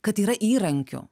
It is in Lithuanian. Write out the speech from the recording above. kad yra įrankių